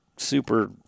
Super